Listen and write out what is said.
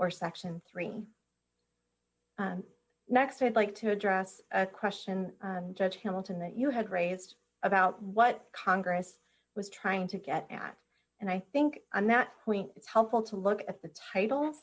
or section three next i'd like to address a question judge himself in that you had raised about what congress was trying to get x and i think on that point it's helpful to look at the title